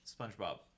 spongebob